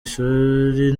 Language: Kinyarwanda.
ishuri